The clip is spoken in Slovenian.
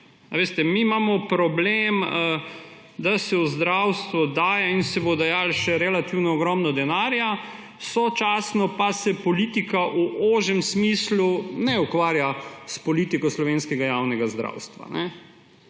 Mi imamo problem, da se v zdravstvu daje in se bo dajalo še relativno ogromno denarja, sočasno pa se politika v ožjem smislu ne ukvarja s politiko slovenskega javnega zdravstva.